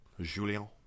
Julien